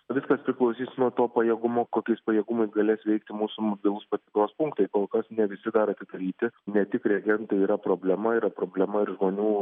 viskas priklausys nuo to pajėgumo kokiais pajėgumais galės veikti mūsų mobilūs patikros punktai kol kas ne visi dar atidaryti ne tik reagentai yra problema yra problema ir žmonių